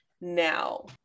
now